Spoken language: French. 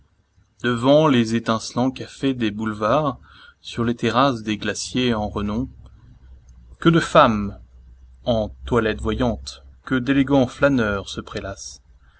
devant les étincelants cafés des boulevards sur les terrasses des glaciers en renom que de femmes en toilettes voyantes que d'élégants flâneurs se prélassent